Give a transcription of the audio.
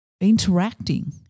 interacting